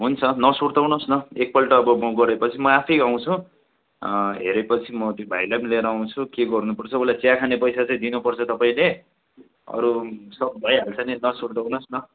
हुन्छ नसुर्ताउनु होस् न एक पल्ट अब म गरे पछि म आफैँ आउँछु हेरे पछि म त्यो भाइलाई पनि लिएर आउँछु के गर्नु पर्छ उसलाई चिया खाने पैसा चाहिँ दिनु पर्छ तपाईँले अरू सब भइहाल्छ नि नसुर्ताउनु होस् न